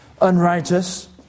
unrighteous